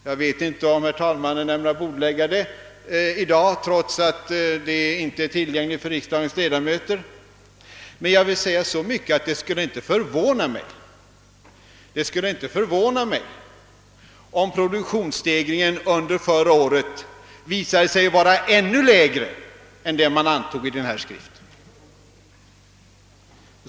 Jag vet inte om herr talmannen ämnar bordlägga den i dag trots att den inte är tillgänglig för riksdagens ledamöter, men det skulle inte förvåna mig om produktionsstegringen under förra året visat sig vara ännu lägre än man antog i statsverkspropositionen.